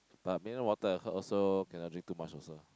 but mineral water I heard also cannot drink too much also